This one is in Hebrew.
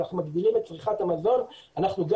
אנחנו מגדילים את צריכת המזון,